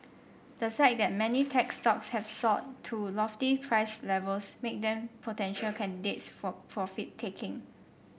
the fact that many tech stocks have soared to lofty price levels make them potential candidates for profit taking